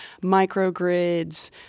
microgrids